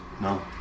No